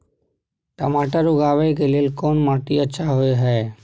टमाटर उगाबै के लेल कोन माटी अच्छा होय है?